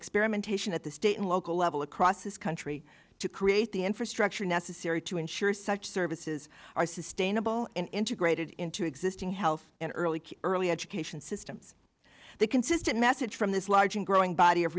experimentation at the state and local level across this country to create the infrastructure necessary to ensure such services are sustainable integrated into existing health and early early education systems the consistent message from this large and growing body of